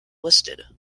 listed